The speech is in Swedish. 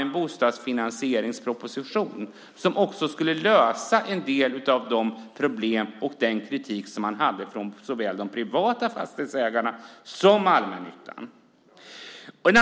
En bostadsfinansieringsproposition var på gång, och den skulle också lösa en del av problemen och svara mot den kritik som fanns från såväl de privata fastighetsägarna som allmännyttan.